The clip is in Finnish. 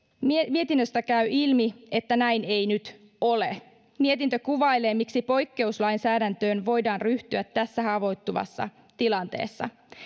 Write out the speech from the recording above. mietinnöstä käy ilmi että näin ei nyt ole mietintö kuvailee miksi poikkeuslainsäädäntöön voidaan ryhtyä tässä haavoittuvassa tilanteessa